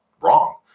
wrong